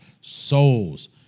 Souls